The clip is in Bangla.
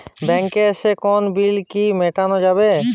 ব্যাংকে এসে কোনো বিল কি মেটানো যাবে?